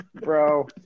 bro